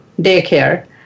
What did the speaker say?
daycare